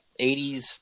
80s